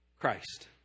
Christ